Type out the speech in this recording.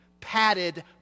padded